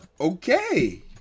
okay